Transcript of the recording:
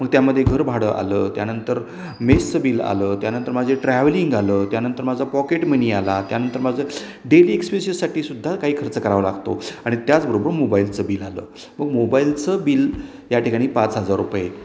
मग त्यामध्ये घर भाडं आलं त्यानंतर मेसचं बिल आलं त्यानंतर माझे ट्रॅव्हलिंग आलं त्यानंतर माझा पॉकेट मनी आला त्यानंतर माझं डेली एक्सपेन्सेससाठी सुद्धा काही खर्च करावा लागतो आणि त्याचबरोबर मोबाईलचं बिल आलं मग मोबाईलचं बिल या ठिकाणी पाच हजार रुपये